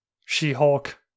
She-Hulk